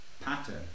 pattern